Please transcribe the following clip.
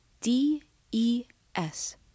D-E-S